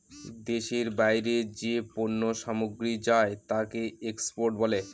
দেশের বাইরে যে পণ্য সামগ্রী যায় তাকে এক্সপোর্ট বলে